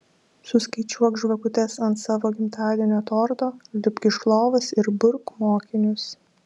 suskaičiuok žvakutes ant savo gimtadienio torto lipk iš lovos ir burk mokinius